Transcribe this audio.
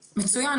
מצוין,